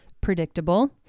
predictable